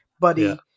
buddy